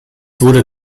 wurde